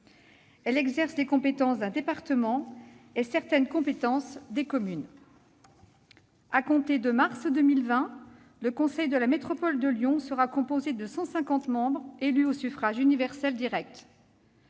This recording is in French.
Elle exerce les compétences d'un département et certaines compétences des communes. À compter de mars 2020, le conseil de la métropole de Lyon sera composé de 150 membres, élus au suffrage universel direct.